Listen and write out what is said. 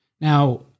Now